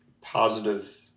positive